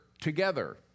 together